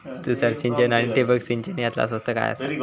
तुषार सिंचन आनी ठिबक सिंचन यातला स्वस्त काय आसा?